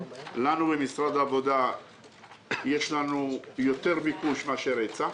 במשרד העבודה יש לנו יותר ביקוש מאשר היצע.